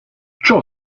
ciò